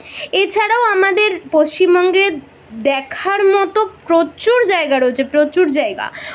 এছাড়াও আমাদের পশ্চিমবঙ্গে দেখার মতো প্রচুর জায়গা রয়েছে প্রচুর জায়গা